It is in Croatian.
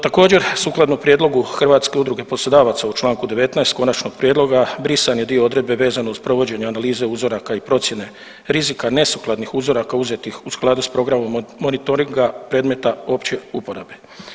Također sukladno prijedlogu Hrvatske udruge poslodavaca u Članku 19. konačnog prijedloga brisan je dio odredbe vezano uz provođenje analize uzoraka i procjene rizika nesukladnih uzoraka uzetih u skladu s programom monitoringa predmeta opće uporabe.